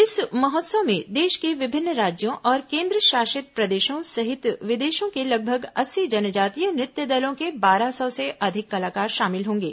इस महोत्सव में देश को विभिन्न राज्यों और केन्द्रशासित प्रदेशों सहित विदेशों के लगभग अस्सी जनजातीय नृत्य दलों के बारह सौ से अधिक कलाकार शामिल होंगे